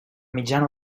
mitjana